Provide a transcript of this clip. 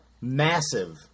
massive